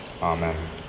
Amen